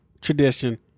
tradition